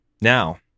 Now